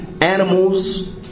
animals